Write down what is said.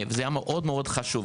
וזה היה מאוד מאוד חשוב,